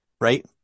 Right